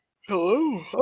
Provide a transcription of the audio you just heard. Hello